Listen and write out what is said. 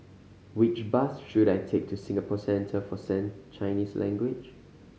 which bus should I take to Singapore Centre for Chinese Language